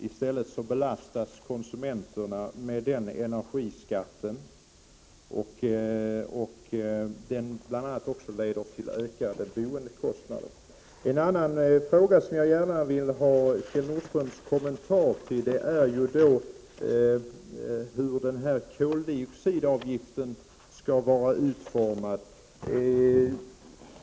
I stället belastas konsumenterna med energiskatten. Bl.a. leder detta till ökade boendekostnader. Så till en annan fråga där jag gärna vill ha en kommentar från Kjell Nordström. Det gäller frågan om hur koldioxidavgiften skall vara utformad.